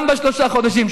גם בשלושה חודשים,